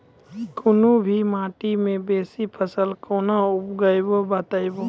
कूनू भी माटि मे बेसी फसल कूना उगैबै, बताबू?